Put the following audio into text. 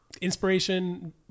inspiration